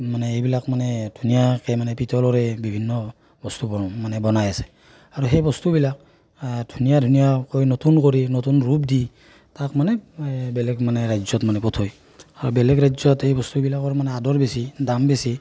মানে এইবিলাক মানে ধুনীয়াকৈ মানে পিতলৰে বিভিন্ন বস্তু বনা মানে বনাই আছে আৰু সেই বস্তুবিলাক ধুনীয়া ধুনীয়াকৈ নতুন কৰি নতুন ৰূপ দি তাক মানে বেলেগ ৰাজ্যত মানে পঠায় আৰু বেলেগ ৰাজ্যত এই বস্তুবিলাকৰ মানে আদৰ বেছি দাম বেছি